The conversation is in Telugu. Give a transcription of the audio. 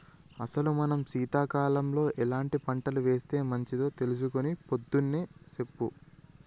అసలు మనం సీతకాలంలో ఎలాంటి పంటలు ఏస్తే మంచిదో తెలుసుకొని పొద్దున్నే సెప్పు